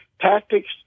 tactics